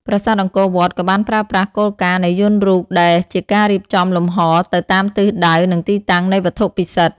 ប្រាសាទអង្គរវត្តក៏បានប្រើប្រាស់គោលការណ៍នៃយន្តរូបដែលជាការរៀបចំលំហទៅតាមទិសដៅនិងទីតាំងនៃវត្ថុពិសិដ្ឋ។